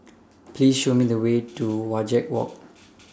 Please Show Me The Way to Wajek Walk